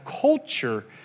culture